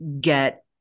get